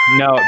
no